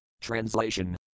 Translation